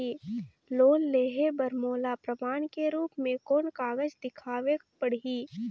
Loan लेहे बर मोला प्रमाण के रूप में कोन कागज दिखावेक पड़ही?